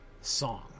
song